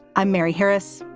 i'm mary harris.